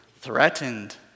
Threatened